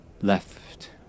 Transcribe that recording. left